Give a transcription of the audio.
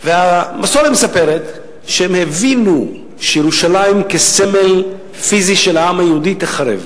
המסורת מספרת שהם הבינו שירושלים כסמל פיזי של העם היהודי תיחרב.